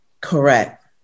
Correct